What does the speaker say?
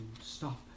stop